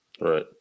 right